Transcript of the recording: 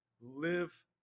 live